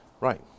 right